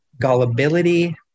gullibility